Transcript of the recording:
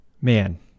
man